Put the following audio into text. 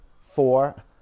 four